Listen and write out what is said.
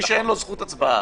מי שאין לו זכות הצבעה,